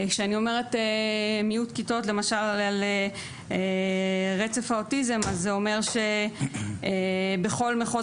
כשאני אומרת מיעוט כיתות לרצף האוטיסטי זה אומר שבכל מחוז